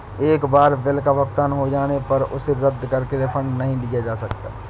एक बार बिल का भुगतान हो जाने पर उसे रद्द करके रिफंड नहीं लिया जा सकता